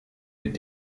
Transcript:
mit